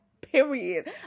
period